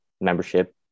membership